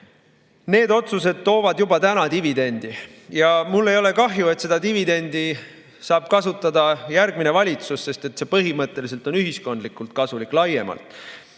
need otsused toovad juba täna dividendi. Ja mul ei ole kahju, et seda dividendi saab kasutada järgmine valitsus, sest see põhimõtteliselt on ühiskonnale laiemalt